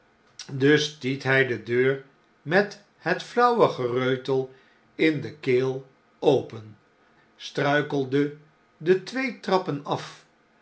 dus stiet hy de deur met het flauwe gereutel in de keel open struikelde de twee trappen af